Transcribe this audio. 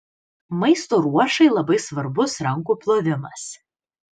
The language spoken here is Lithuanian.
maisto ruošai labai svarbus rankų plovimas